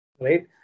right